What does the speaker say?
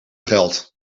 geld